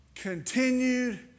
continued